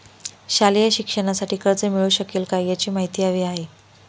शालेय शिक्षणासाठी कर्ज मिळू शकेल काय? याची माहिती हवी आहे